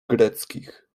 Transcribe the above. greckich